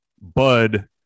Bud